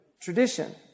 tradition